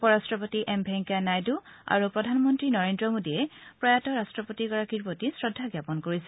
উপৰট্টপতি এম ভেংকায়া নাইডু আৰু প্ৰধানমন্ত্ৰী নৰেন্দ্ৰ মোদীয়ে প্ৰয়াত ৰাট্টপতিগৰাকীৰ প্ৰতি শ্ৰদ্ধা জ্ঞাপন কৰিছে